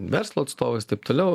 verslo atstovais taip toliau